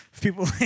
people